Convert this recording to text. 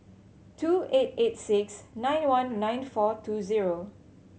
two eight eight six nine one nine four two zero